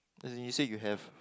as in you say you have